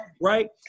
Right